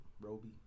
Roby